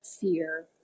fear